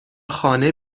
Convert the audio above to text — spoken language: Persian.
خانه